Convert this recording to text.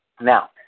Now